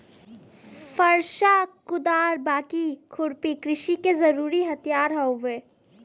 फरसा, कुदार, बाकी, खुरपी कृषि के जरुरी हथियार हउवे